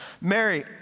Mary